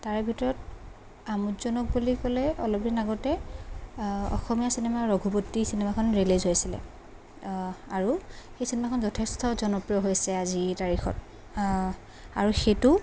তাৰে ভিতৰত আমোদজনক বুলি ক'লে অলপদিন আগতে অসমীয়া চিনেমা ৰঘুপতি চিনেমাখন ৰিলিজ হৈছিলে আৰু সেই চিনেমাখন যথেষ্ট জনপ্ৰিয় হৈছে আজিৰ তাৰিখত আৰু সেইটো